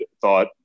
thought